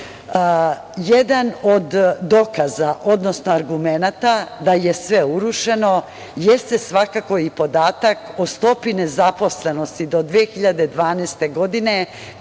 od dokaza, odnosno argumenata da je sve urušeno jeste i podatak o stopi nezaposlenosti do 2012. godine,